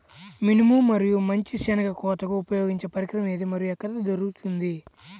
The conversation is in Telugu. మినుము మరియు మంచి శెనగ కోతకు ఉపయోగించే పరికరం ఏది మరియు ఎక్కడ దొరుకుతుంది?